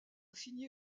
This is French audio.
signé